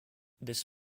this